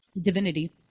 divinity